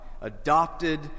adopted